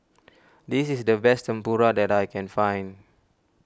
this is the best Tempura that I can find